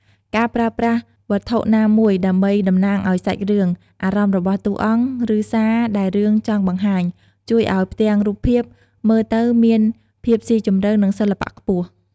ការប្រើប្រាស់វត្ថុណាមួយដើម្បីតំណាងឱ្យសាច់រឿង អារម្មណ៍របស់តួអង្គ ឬសារដែលរឿងចង់បង្ហាញ ជួយឱ្យផ្ទាំងរូបភាពមើលទៅមាន ភាពស៊ីជម្រៅ និងសិល្បៈខ្ពស់ ។